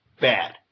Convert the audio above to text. bad